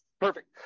Perfect